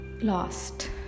lost